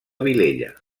vilella